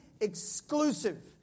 exclusive